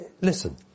Listen